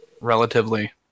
relatively